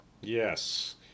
Yes